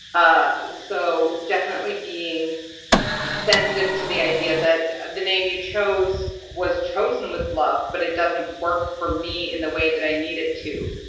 ah so definitely being sensitive to the idea that! degthe name you chose was chosen with love but it doesn't work for me in the way that i need it to!